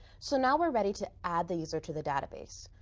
so now we're ready to add the user to the database,